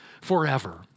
forever